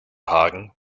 hagen